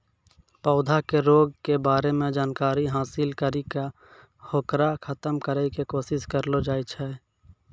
पौधा के रोग के बारे मॅ जानकारी हासिल करी क होकरा खत्म करै के कोशिश करलो जाय छै